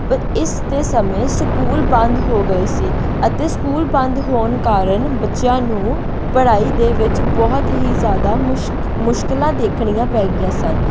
ਇਸ ਦੇ ਸਮੇਂ ਸਕੂਲ ਬੰਦ ਹੋ ਗਏ ਸੀ ਅਤੇ ਸਕੂਲ ਬੰਦ ਹੋਣ ਕਾਰਨ ਬੱਚਿਆਂ ਨੂੰ ਪੜ੍ਹਾਈ ਦੇ ਵਿੱਚ ਬਹੁਤ ਹੀ ਜ਼ਿਆਦਾ ਮੁਸ਼ਕ ਮੁਸ਼ਕਲਾਂ ਦੇਖਣੀਆਂ ਪੈ ਗਈਆਂ ਸਨ